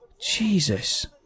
Jesus